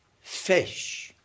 Fish